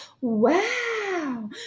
wow